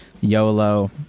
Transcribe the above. YOLO